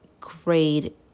great